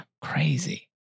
Crazy